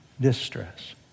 Distress